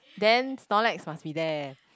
then Snorlax must be there